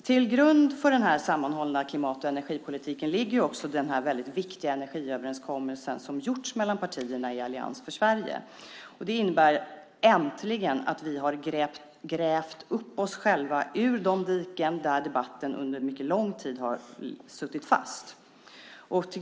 Till grund för den sammanhållna klimat och energipolitiken ligger också den väldigt viktiga energiöverenskommelse som har träffats mellan partierna i Allians för Sverige. Det innebär äntligen att vi har grävt upp oss själva ur de diken där debatten under mycket lång tid har suttit fast.